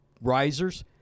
risers